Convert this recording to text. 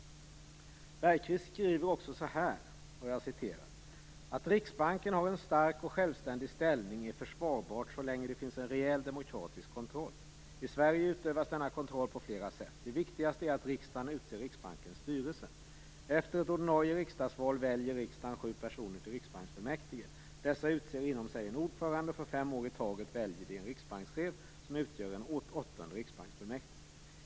Bergqvist skriver också: "Att Riksbanken har en stark och självständig ställning är försvarbart så länge det finns en rejäl demokratisk kontroll. I Sverige utövas denna kontroll på flera sätt. Det viktigaste är att riksdagen utser Riksbankens styrelse. Efter ett ordinarie riksdagsval väljer riksdagen sju personer till riksbanksfullmäktige. Dessa utser inom sig en ordförande och för fem år i taget väljer de en riksbankschef som utgör en åttonde riksbanksfullmäktig.